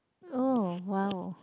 oh !wow!